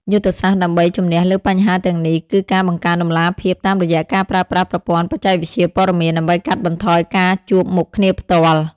យុទ្ធសាស្ត្រដើម្បីជំនះលើបញ្ហាទាំងនេះ គឺការបង្កើនតម្លាភាពតាមរយៈការប្រើប្រាស់ប្រព័ន្ធបច្ចេកវិទ្យាព័ត៌មានដើម្បីកាត់បន្ថយការជួបមុខគ្នាផ្ទាល់។